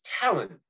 talent